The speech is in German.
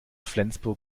flensburg